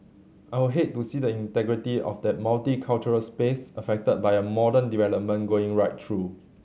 I'll hate to see the integrity of that multicultural space affected by a modern development going right through